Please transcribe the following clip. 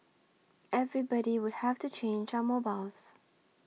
everybody would have to change our mobiles